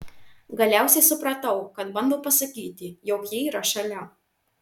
galiausiai supratau kad bando pasakyti jog ji yra šalia